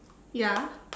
ya